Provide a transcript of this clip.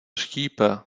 štípe